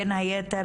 בין הייתר,